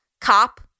cop